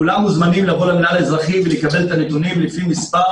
כולם מוזמנים לבוא למינהל האזרחי ולקבל את הנתונים לפי מס'